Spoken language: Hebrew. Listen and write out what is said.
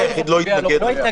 היחיד לא התנגד לכך.